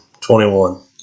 21